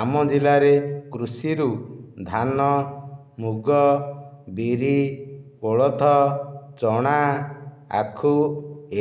ଆମ ଜିଲ୍ଲାରେ କୃଷି ରୁ ଧାନ ମୁଗ ବିରି କୋଳଥ ଚଣା ଆଖୁ